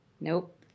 Nope